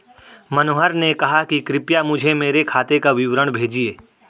मनोहर ने कहा कि कृपया मुझें मेरे खाते का विवरण भेजिए